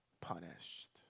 punished